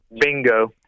Bingo